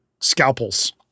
scalpels